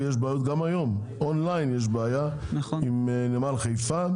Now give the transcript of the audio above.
ויש בעיות גם היום אונליין יש בעיה עם נמל חיפה,